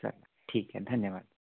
चला ठीक आहे धन्यवाद